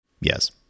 Yes